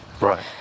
Right